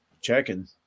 Checking